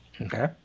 Okay